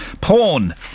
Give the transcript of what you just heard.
porn